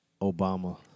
Obama